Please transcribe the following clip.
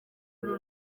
uru